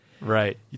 Right